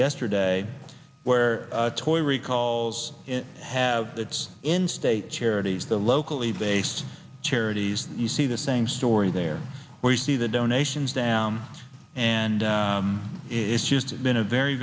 yesterday where toy recalls have its in state charities the locally based charities you see the same story there where you see the donations down and it's just been a very